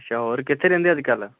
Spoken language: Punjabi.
ਅੱਛਾ ਹੋਰ ਕਿੱਥੇ ਰਹਿੰਦੇ ਅੱਜ ਕੱਲ੍ਹ